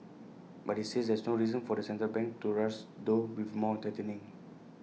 but IT says there's no reason for the central bank to rush though with more tightening